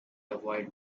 avoid